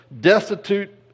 destitute